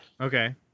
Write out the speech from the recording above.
okay